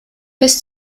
bis